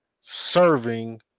serving